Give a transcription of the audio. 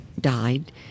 died